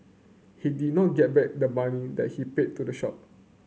he did not get back the money that he paid to the shop